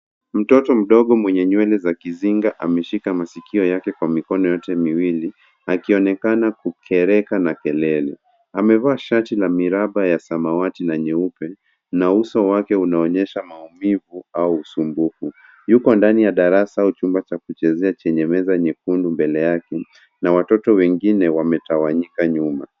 Mtoto mdogo mwenye nywele za kizinga ameshika masikio yake kwenye mikono yote miwili akionekana kukereka na kelele. Amevaa shati la miraba ya samawati na nyeupe na uso wake unaonyesha maumivu au usumbufu. Yuko ndani ya darasa au chumba cha kuchezea chenye meza nyekundu mbele yake na watoto wengine wametawanyika nyuma.